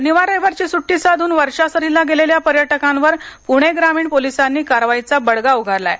शनिवार रविवारची सुट्टी साधून वर्षा सहलीला गेलेल्या पर्यटकांवर प्णे ग्रामीण पोलिसांनी कारवाईचा बडगा उगारला आहे